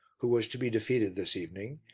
who was to be defeated this evening,